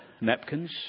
napkins